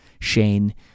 Shane